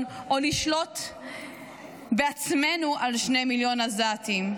או לשלוט בעצמנו על שני מיליון עזתים,